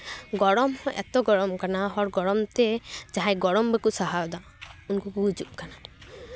ᱜᱚᱨᱚᱢ ᱦᱚᱸ ᱮᱛᱚ ᱜᱚᱨᱚᱢ ᱠᱟᱱᱟ ᱦᱚᱲ ᱜᱚᱨᱚᱢ ᱛᱮ ᱡᱟᱦᱟᱸᱭ ᱜᱚᱨᱚᱢ ᱵᱟᱠᱚ ᱥᱟᱦᱟᱣᱫᱟ ᱩᱱᱠᱩ ᱠᱚ ᱜᱩᱡᱩᱜ ᱠᱟᱱᱟ